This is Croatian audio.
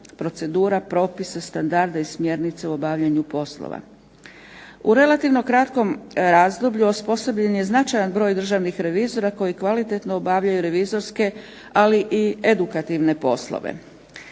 procedura, propisa, standarda i smjernica u obavljanju poslova. U relativno kratkom razdoblju osposobljen je značajan broj državnih revizora koji kvalitetno obavljaju revizorske, ali i edukativne poslove.